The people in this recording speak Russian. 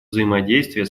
взаимодействия